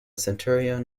centurion